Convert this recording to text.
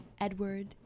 Edward